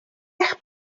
eich